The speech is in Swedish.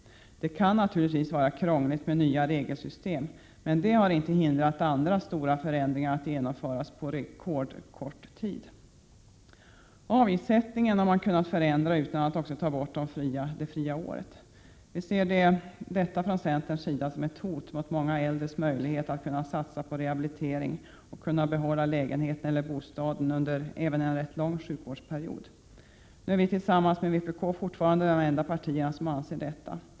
Det kan naturligtvis vara krångligt med nya regelsystem, men det har inte hindrat andra stora förändringar att genomföras på rekordkort tid. Avgiftssättningen har man kunnat förändra utan att också ta bort det fria året. Från centerns sida ser vi detta som ett hot mot många äldres möjlighet att kunna satsa på rehabilitering och kunna behålla lägenheten eller bostaden under även en rätt lång sjukvårdsperiod. Nu är vi tillsammans med vpk de enda partierna som fortfarande anser detta.